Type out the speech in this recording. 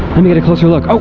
let me get a closer look. oh!